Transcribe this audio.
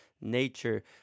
nature